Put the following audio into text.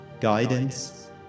guidance